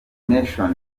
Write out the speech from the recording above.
nation